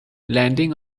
landing